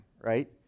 right